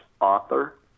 author